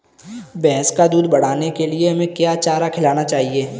भैंस का दूध बढ़ाने के लिए हमें क्या चारा खिलाना चाहिए?